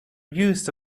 use